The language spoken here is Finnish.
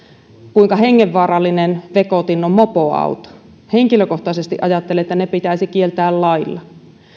kuinka hengenvaarallinen vekotin on mopoauto henkilökohtaisesti ajattelen että ne pitäisi kieltää lailla